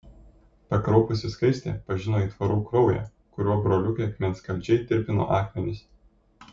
pakraupusi skaistė pažino aitvarų kraują kuriuo broliukai akmenskaldžiai tirpino akmenis